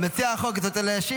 גדי, אתה לא מכיר את הפרטים.